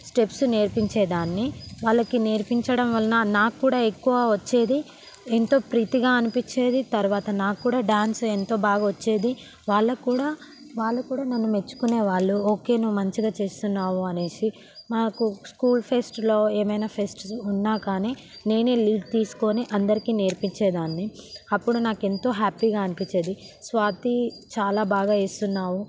steps నేర్పించేదాన్ని నేర్పించడం వలన నాకు కూడా ఎక్కువ వచ్చేది ఎంతో ప్రీతిగా అనిపించేది తర్వాత నాకు కూడా డాన్స్ ఎంతో బాగా వచ్చేది వాళ్ళకు కూడా వాళ్ళు కూడా నన్ను మెచ్చుకునే వాళ్ళు ఓకే నువ్వు మంచిగా చేస్తున్నావు అనేసి నాకు స్కూల్ ఫెస్ట్లో ఏమైనా ఫెస్ట్లు ఉన్నా కానీ నేనే లీడ్ తీసుకొని అందరికీ నేర్పించేదాన్ని అప్పుడు నాకు ఎంతో హ్యాపీగా అనిపించేది స్వాతి చాలా బాగా వేస్తున్నావు